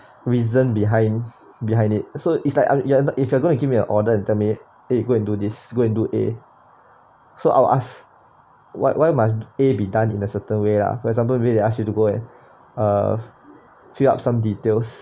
reason behind behind it so it's like I'm n~ if you're gonna give me your order and tell me you go and do this go and do A so I'll ask what why must A be done in a certain way lah for example when they ask you to go and uh fill up some details